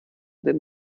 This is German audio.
dem